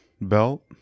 belt